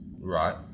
Right